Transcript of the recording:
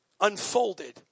unfolded